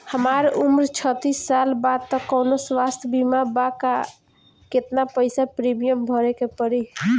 हमार उम्र छत्तिस साल बा त कौनों स्वास्थ्य बीमा बा का आ केतना पईसा प्रीमियम भरे के पड़ी?